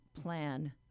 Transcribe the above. plan